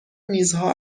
میزها